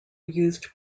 used